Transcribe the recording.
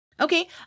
Okay